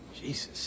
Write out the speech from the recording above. Jesus